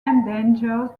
endangered